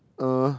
uh